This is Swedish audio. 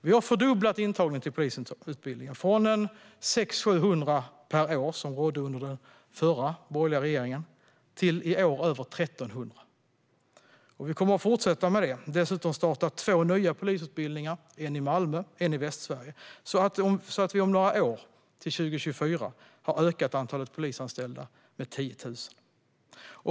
Vi har fördubblat intagningen till polisutbildningen, från 600-700 per år, som det var under den förra borgerliga regeringen, till över 1 300 i år. Vi kommer att fortsätta med detta och dessutom starta två nya polisutbildningar, en i Malmö och en i Västsverige, så att vi om några år, till 2024, har ökat antalet polisanställda med 10 000.